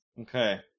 Okay